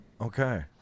Okay